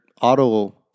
auto